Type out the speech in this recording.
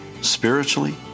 spiritually